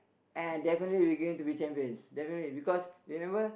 and definitely we are going to be champions definitely because remember